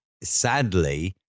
sadly